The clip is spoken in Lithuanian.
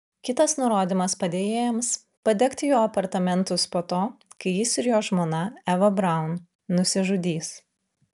kitas nurodymas padėjėjams padegti jo apartamentus po to kai jis ir jo žmona eva braun nusižudys